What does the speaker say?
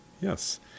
yes